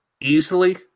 Easily